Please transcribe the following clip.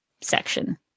section